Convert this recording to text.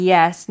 Yes